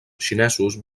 xinesos